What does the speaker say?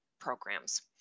programs